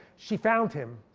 she found him.